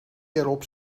erop